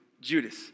Judas